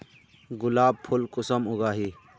गुलाब फुल कुंसम उगाही?